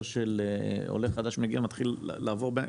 של עולה חדש שמגיע ומתחיל לעבור בין,